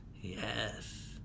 yes